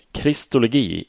kristologi